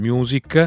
Music